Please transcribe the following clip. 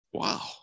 Wow